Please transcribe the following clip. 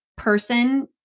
Person